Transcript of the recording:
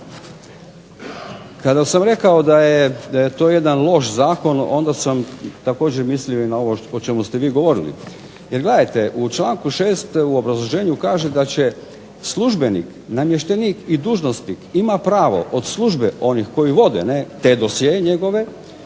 Kada sam rekao da je to jedan loš zakon onda sam također mislio i na ovo o čemu ste vi govorili. Jer gledajte, u članku 6. u obrazloženju kaže da će službenik, namještenik i dužnosnik ima pravo od službe onih koji vode ne' te dosjee njegove